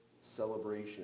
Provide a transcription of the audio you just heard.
celebration